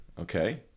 Okay